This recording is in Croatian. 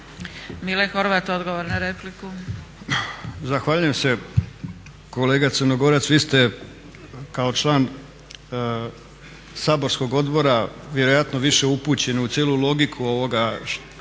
**Horvat, Mile (SDSS)** Zahvaljujem se. Kolega Crnogorac vi ste kao član saborskog odbora vjerojatno više upućeni u cijelu logiku ove